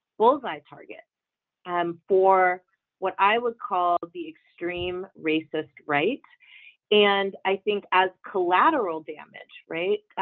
bull's eye target and for what? i would call the extreme racist right and i think as collateral damage, right?